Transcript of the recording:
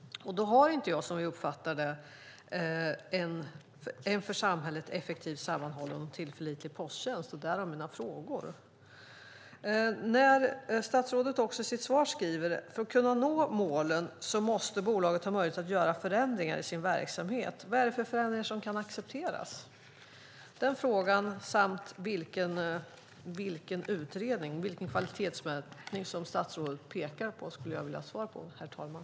Då har vi inte, som jag uppfattar det, en för samhället effektiv, sammanhållen och tillförlitlig posttjänst - därav mina frågor. Statsrådet skriver i sitt svar: "För att kunna nå båda dessa mål måste bolaget ha möjlighet att göra förändringar i sin verksamhet." Vad är det för förändringar som kan accepteras? Och vilken utredning och kvalitetsmätning pekar statsrådet på? De frågorna skulle jag vilja ha svar på, herr talman.